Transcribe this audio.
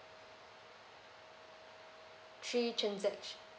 three transactions